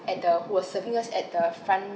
at the who was serving us at the front